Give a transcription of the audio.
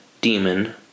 demon